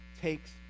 takes